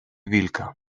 wilka